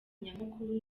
nyamukuru